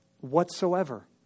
Whatsoever